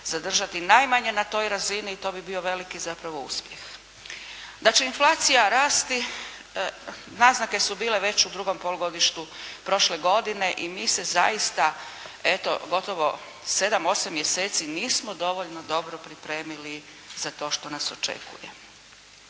zadržati najmanje na toj razini i to bi bio veliki zapravo uspjeh. Da će inflacija rasti naznake su bile već u drugom polugodištu prošle godine i mi se zaista eto gotovo 7, 8 mjeseci nismo dovoljno dobro pripremili za to što nas očekuje.